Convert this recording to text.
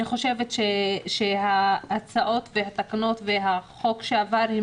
אני חושבת שההצעות והתקנות והחוק שעבר,